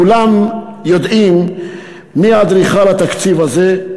כולם יודעים מי אדריכל התקציב הזה,